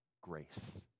grace